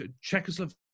Czechoslovakia